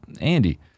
Andy